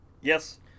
Yes